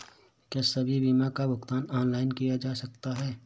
क्या सभी बीमा का भुगतान ऑनलाइन किया जा सकता है?